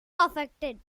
affected